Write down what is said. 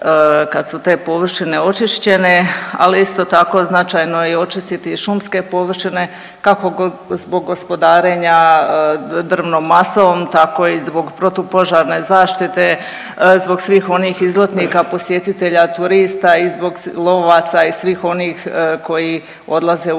kad su te površine očišćene, ali isto tako, značajno je očistiti i šumske površine, kako zbog gospodarenja drvnom masom, tako i zbog protupožarne zaštite, zbog svih onih izletnika, posjetitelja, turista i zbog lovaca i svih onih koji odlaze u